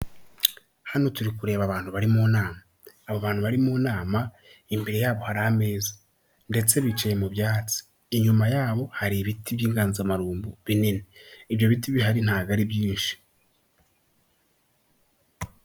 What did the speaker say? Hano turi kureba abantu bari mu nama, abo bantu bari mu nama imbere yabo hari ameza ndetse bicaye mu inyuma yabo hari ibiti by'inganzamarumbu binini, ibyo biti bihari ntabwo ari byinshi.